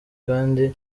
kandi